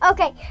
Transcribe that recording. Okay